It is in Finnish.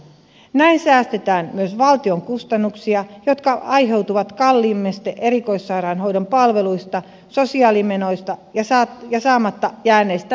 näin säästetään myös valtion kustannuksia jotka aiheutuvat kalliimmista erikoissairaanhoidon palveluista sosiaalimenoista ja saamatta jääneistä verotuloista